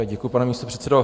Děkuju, pane místopředsedo.